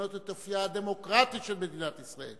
לשנות את אופיה הדמוקרטי של מדינת ישראל.